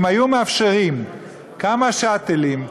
אם היו מאפשרים כמה "שאטלים",